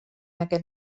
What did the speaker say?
aquest